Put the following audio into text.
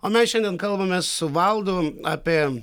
o mes šiandien kalbame su valdu apie